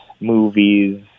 movies